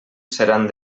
seran